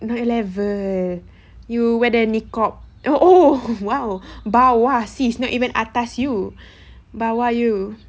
the level you whether niqab oh oh !wow! bawah sis not even atas you bawah you